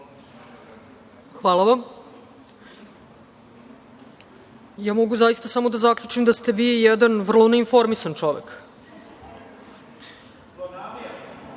Hvala vam. Ja mogu zaista samo da zaključim da ste vi jedan vrlo neinformisan čovek.